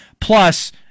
Plus